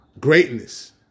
greatness